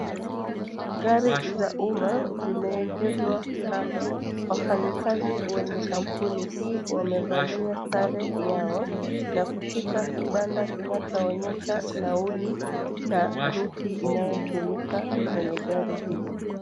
Gari za umma zimeegeshwa kando ,wafanyikazi wenye kampuni hii wamevalia sare yao na kushika kibanda kinachoonyesha nauli na route inayotumika kwenye gari hizi.